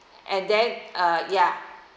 and then uh ya